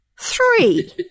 Three